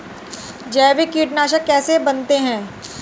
जैविक कीटनाशक कैसे बनाते हैं?